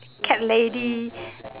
cat lady